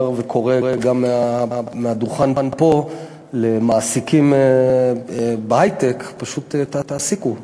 וקורא גם מהדוכן פה למעסיקים בהיי-טק: פשוט תעסיקו ערבים.